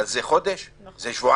אבל זה חודש, שבועיים?